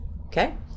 Okay